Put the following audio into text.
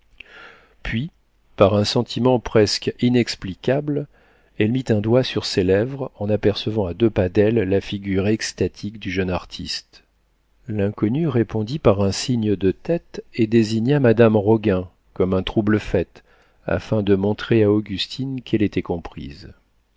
puis par un sentiment presque inexplicable elle mit un doigt sur ses lèvres en apercevant à deux pas d'elle la figure extatique du jeune artiste l'inconnu répondit par un signe de tête et désigna madame roguin comme un trouble-fête afin de montrer à augustine qu'elle était comprise